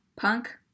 punk